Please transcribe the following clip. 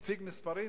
הוא הציג מספרים,